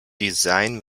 design